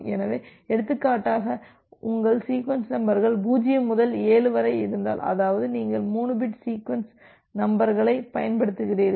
எனவே எடுத்துக்காட்டாக உங்கள் சீக்வென்ஸ் நம்பர்கள் 0 முதல் 7 வரை இருந்தால் அதாவது நீங்கள் 3 பிட் சீக்வென்ஸ் நம்பர்களை பயன்படுத்துகிறீர்கள்